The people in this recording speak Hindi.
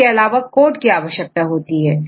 इसके अलावा कोड की आवश्यकता होती है